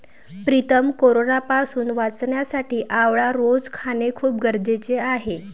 प्रीतम कोरोनापासून वाचण्यासाठी आवळा रोज खाणे खूप गरजेचे आहे